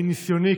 מניסיוני,